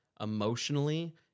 emotionally